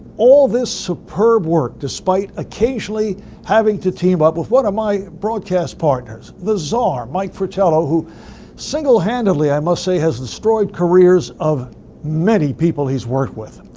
all of this superb work despite occasionally having to team up with one of my broadcast partners, the czar mike fratello who single handedly i must say has restored careers of many people his worked with.